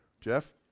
Jeff